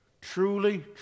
truly